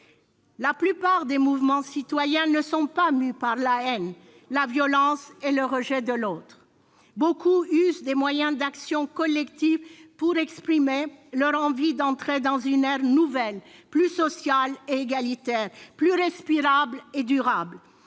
La plupart des mouvements citoyens ne sont pas mus par la haine, la violence et le rejet de l'autre. Beaucoup usent des moyens d'action collective pour exprimer leur envie d'entrer dans une ère nouvelle, plus sociale et égalitaire, plus respirable et durable.